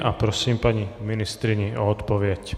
A prosím paní ministryni o odpověď.